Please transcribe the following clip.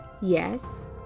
yes